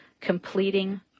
completing